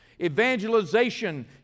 Evangelization